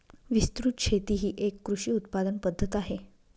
विस्तृत शेती ही एक कृषी उत्पादन पद्धत आहे